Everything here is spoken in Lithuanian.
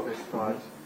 apie situaciją